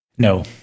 No